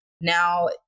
now